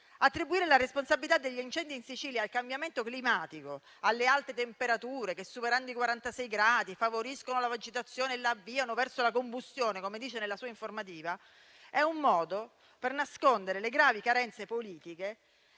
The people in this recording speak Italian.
Attribuire la responsabilità degli incendi in Sicilia al cambiamento climatico e alle alte temperature, che superando i 46 gradi seccano la vegetazione e l'avviano verso la combustione, come dice nella sua informativa, è un modo per nascondere le gravi carenze politiche